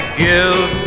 give